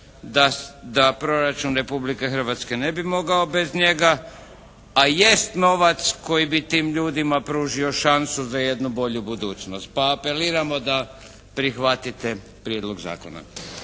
da proračun Republike Hrvatske ne bi mogao bez njega, a jest novac koji bi tim ljudima pružio šansu za jednu bolju budućnost. Pa apeliramo da prihvatite prijedlog zakona.